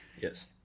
Yes